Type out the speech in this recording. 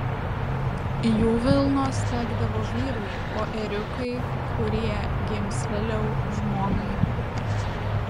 jų vilnos tekdavo vyrui o ėriukai kurie gims vėliau žmonai